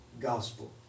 gospel